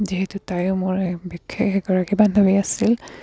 যিহেতু তাইয়ো মোৰ বিশেষ এগৰাকী বান্ধৱী আছিল